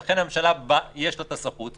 ולכן הממשלה יש לה את הסמכות.